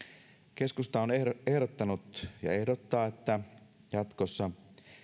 keskusta on ehdottanut ja ehdottaa että jatkossa